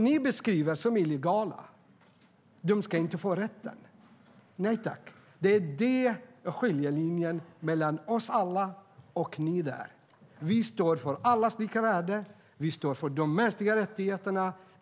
Ni beskriver dem som illegala, och de ska inte ha rätt till det. Nej tack! Det är skiljelinjen mellan alla oss andra och er. Vi står för allas lika värde, och vi står för de mänskliga rättigheterna.